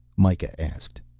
mikah asked.